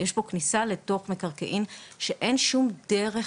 יש פה כניסה לתוך מקרקעין שאין שום דרך